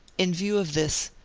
in view of this,